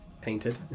Painted